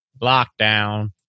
lockdown